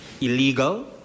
illegal